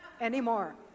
anymore